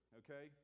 okay